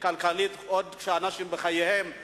מבחינה כלכלית עוד כשאנשים בחייהם,